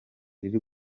riri